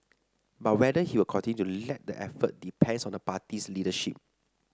but whether he will continue to lead the effort depends on the party's leadership